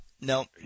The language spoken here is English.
No